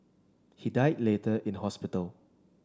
he died later in hospital